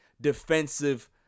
defensive